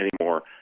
anymore